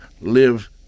live